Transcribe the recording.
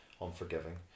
unforgiving